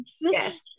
yes